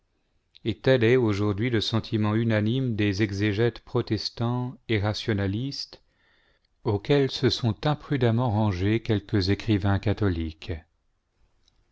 est aujourd'hui le sentiment unanime des exégètes protestants et rationalistes auquel se sont imprudemment rangés quelques écrivains catholiques